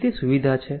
તેથી તે સુવિધા છે